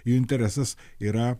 interesas yra